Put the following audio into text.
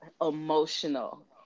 emotional